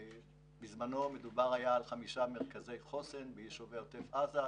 בזמנו היה מדובר על חמישה מרכזי חוסן ביישובי עוטף עזה,